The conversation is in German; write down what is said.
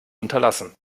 unterlassen